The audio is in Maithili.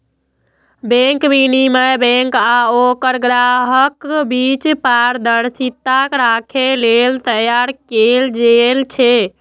बैंक विनियमन बैंक आ ओकर ग्राहकक बीच पारदर्शिता राखै लेल तैयार कैल गेल छै